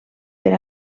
per